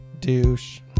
douche